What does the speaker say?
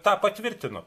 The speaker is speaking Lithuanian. tą patvirtino